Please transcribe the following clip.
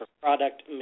product